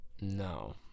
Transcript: no